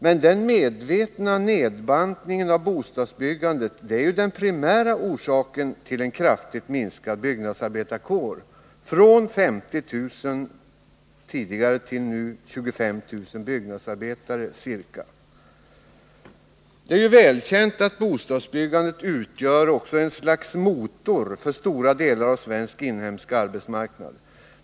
Men den medvetna nedbantningen av bostadsbyggandet är den primära orsaken till den kraftiga minskningen av byggnadsarbetarkåren — från 50 000 till ca 25 000 byggnadsarbetare. Det är välkänt att bostadsbyggandet utgör ett slags motor för stora delar av svensk inhemsk arbetsmarknad.